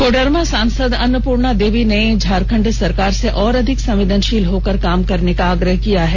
कोडरमा सांसद अन्नपूर्णा देवी ने झारखंड सरकार से और अधिक संवेदनशील होकर काम करने का आग्रह किया है